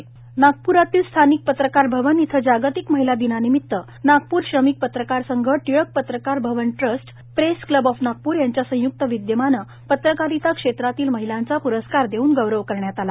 महिला दिन नागपूर येथील स्थानिक पत्रकार भवन येथे जागतिक महिला दिनानिमित्त नागपूर श्रमिक पत्रकार संघ टिळक पत्रकार भवन trust press club of Nagpur यांच्या संयुक्त विद्यमाने पत्रकारिता क्षेत्रातील महिलांचा पुरस्कार देऊन गौरव करण्यात आला